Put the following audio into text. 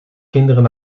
kinderen